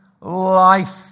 life